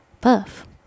buff